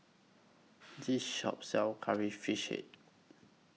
This Shop sells Curry Fish